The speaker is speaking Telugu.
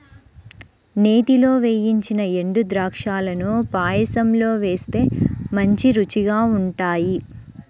నేతిలో వేయించిన ఎండుద్రాక్షాలను పాయసంలో వేస్తే మంచి రుచిగా ఉంటాయి